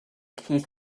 keith